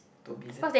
Toby's ya